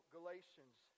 Galatians